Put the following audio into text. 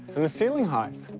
and the ceiling height.